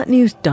News